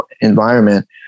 environment